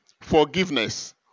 forgiveness